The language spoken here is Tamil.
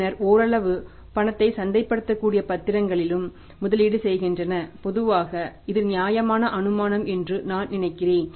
பின்னர் ஓரளவு பணத்தை சந்தைப்படுத்தக்கூடிய பத்திரங்களில் முதலீடு செய்கின்றன பொதுவாக இது நியாயமான அனுமானம் என்று நான் நினைக்கிறேன்